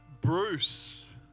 Bruce